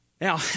Now